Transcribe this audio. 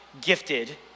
gifted